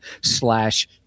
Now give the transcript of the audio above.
slash